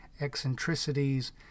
eccentricities